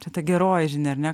čia ta geroji žinia